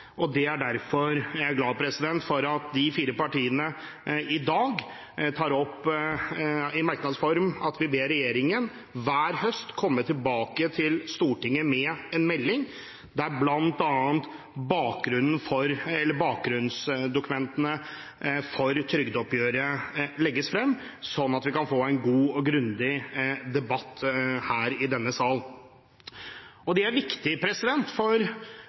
en grundig debatt. Derfor er jeg glad for at de fire partiene i dag, i merknads form, ber regjeringen om hver høst å komme tilbake til Stortinget med en melding der bl.a. bakgrunnsdokumentene for trygdeoppgjøret legges fram for å få en god og grundig debatt her i denne sal. Det er viktig, for